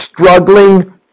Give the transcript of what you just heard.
struggling